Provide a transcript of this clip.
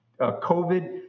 COVID